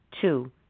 Two